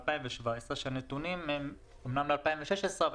מ-2017 לפיו הנתונים הם אמנם ל-2016 אבל